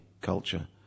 culture